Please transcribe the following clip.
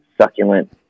succulent